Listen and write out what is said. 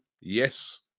Yes